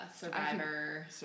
Survivor